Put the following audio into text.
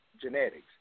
genetics